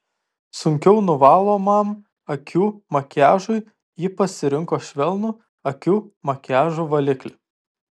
sunkiau nuvalomam akių makiažui ji pasirinko švelnų akių makiažo valiklį